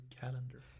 calendar